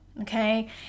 okay